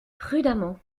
prudemment